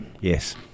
Yes